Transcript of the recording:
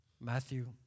Matthew